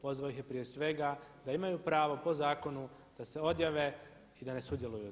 Pozvao ih je prije svega da imaju pravo po zakonu da se odjave i da ne sudjeluju u tome.